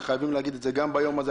וחייבים להגיד את זה גם ביום הזה,